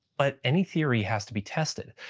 but any theory has to be tested.